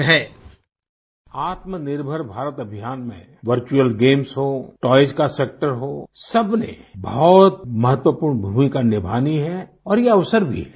sound bite आत्मनिर्भर भारत अभियान में वर्चुअल गेम्स हों टॉय का सेक्टर हो सबने बहुत महत्वपूर्ण भूमिका निभानी है और ये अवसर भी है